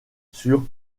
sur